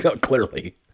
clearly